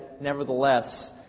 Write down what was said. nevertheless